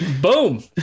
Boom